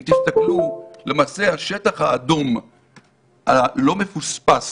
אם תסתכלו, למעשה השטח האדום הלא מפוספס